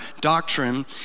doctrine